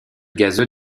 gazeux